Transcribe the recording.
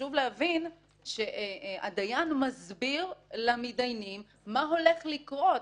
חשוב להבין שהדיין מסביר למדיינים מה הולך לקרות,